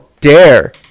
Dare